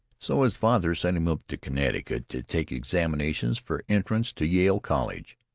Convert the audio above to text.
so his father sent him up to connecticut to take examinations for entrance to yale college.